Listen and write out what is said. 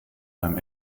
beim